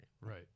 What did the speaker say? Right